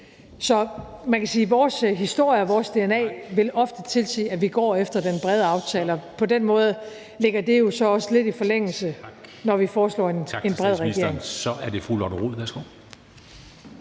Så man kan sige, at vores historie og vores dna ofte vil tilsige, at vi går efter den brede aftale, og på den måde ligger det jo så også lidt i forlængelse af det, når vi foreslår en bred regering.